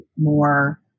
more